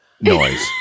noise